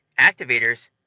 Activators